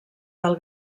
del